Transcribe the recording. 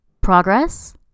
Progress